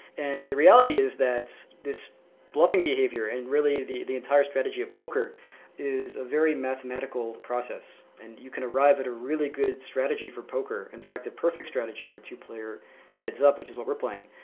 and the reality is that this bluffing behavior and really the the entire strategy of poker is a very mathematical process and you can arrive at a really good strategy for poker. in fact, a perfect strategy for two player heads-up which is what we're playing.